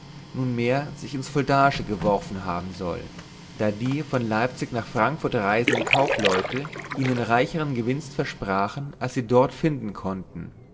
nunmehr sich ins fuldaische geworfen haben soll da die von leipzig nach frankfurt reisenden kaufleute ihnen reicheren gewinst versprachen als sie dort finden konnten